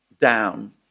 down